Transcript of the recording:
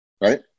right